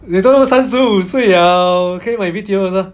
你都三十五岁了可以买 B_T_O just